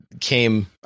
came